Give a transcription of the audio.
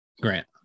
Grant